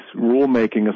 rulemaking